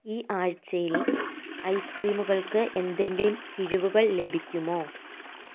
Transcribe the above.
ഈ ആഴ്ചയിൽ ഐസ്ക്രീമുകൾക്ക് എന്തെങ്കിലും കിഴിവുകൾ ലഭിക്കുമോ